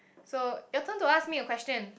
so your turn to ask me a question